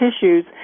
tissues